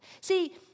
See